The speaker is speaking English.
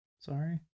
Sorry